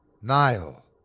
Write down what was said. Nile